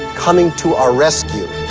coming to our rescue.